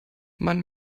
man